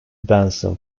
benson